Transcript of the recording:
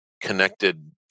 connected